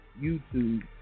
YouTube